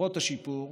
למרות השיפור,